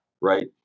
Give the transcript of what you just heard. right